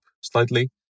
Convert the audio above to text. slightly